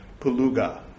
Peluga